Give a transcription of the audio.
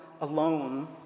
alone